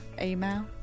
email